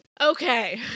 Okay